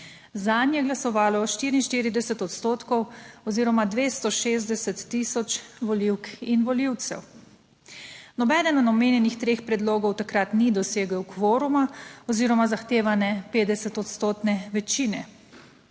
zanj je glasovalo 44 odstotkov oziroma 260 tisoč volivk in volivcev. Nobeden od omenjenih treh predlogov takrat ni dosegel kvoruma oziroma zahtevane 50 odstotne večine.